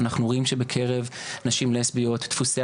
אנחנו רואים שבקרב נשים לסביות דפוסי